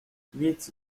huit